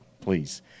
please